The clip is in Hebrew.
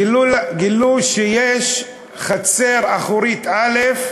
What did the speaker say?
גילו שיש חצר אחורית א'